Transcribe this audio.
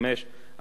עד גיל 30,